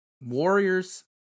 Warriors